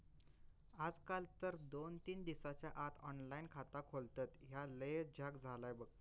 आजकाल तर दोन तीन दिसाच्या आत ऑनलाइन खाता खोलतत, ह्या लयच झ्याक झाला बघ